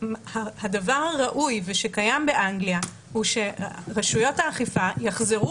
שהדבר הראוי וקיים באנגליה הוא שרשויות האכיפה יחזרו